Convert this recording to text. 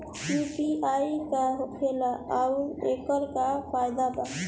UPI का होखेला आउर एकर का फायदा बा?